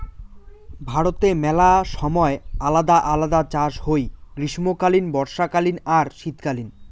ভারতে মেলা সময় আলদা আলদা চাষ হই গ্রীষ্মকালীন, বর্ষাকালীন আর শীতকালীন